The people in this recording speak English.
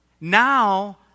Now